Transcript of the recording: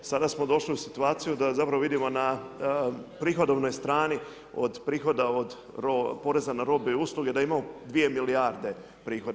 Sada smo došli u situaciju da zapravo vidimo na prihodovnoj strani od prihoda od poreza na robe i usluge da imamo 2 milijarde prihoda.